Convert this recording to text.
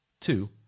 Two